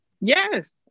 Yes